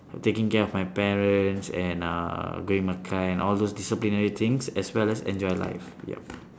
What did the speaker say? taking care of my parents and uh doing that kind all those disciplinary things as well as enjoy life yup